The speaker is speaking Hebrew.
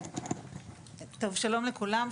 שלום לכולם,